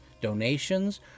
donations